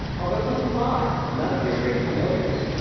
a rifling fly none of your great familiars.